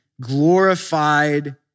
glorified